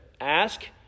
ask